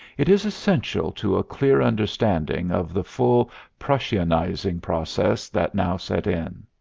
it is essential to a clear understanding of the full prussianizing process that now set in.